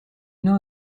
know